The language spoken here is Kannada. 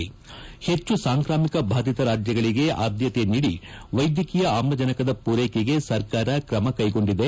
ಪೆಚ್ಚು ಸಾಂಕ್ರಾಮಿಕ ಬಾಧಿತ ರಾಜ್ಯಗಳಿಗೆ ಆದ್ಯಕೆ ನೀಡಿ ವೈದ್ಯಕೀಯ ಆಮ್ಲಜನಕದ ಪೂರೈಕೆಗೆ ಸರ್ಕಾರ ಕ್ರಮ ಕ್ಕೆಗೊಂಡಿದೆ